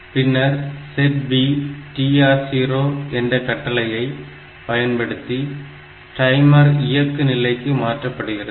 பின்னர் SETB TR0 என்ற கட்டளையை பயன்படுத்தி டைமர் இயக்கு நிலைக்கு மாற்றப்படுகிறது